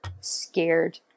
scared